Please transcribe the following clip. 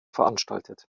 veranstaltet